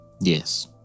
Yes